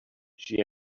she